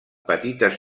petites